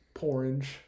Orange